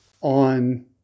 on